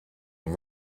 and